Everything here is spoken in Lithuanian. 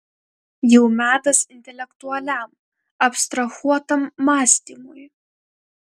jau metas intelektualiam abstrahuotam mąstymui